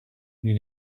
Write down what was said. you